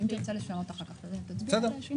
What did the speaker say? אם תרצה לשנות אחר כך, תצביע על השינוי.